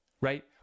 right